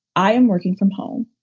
i am working from home.